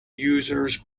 users